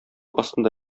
астында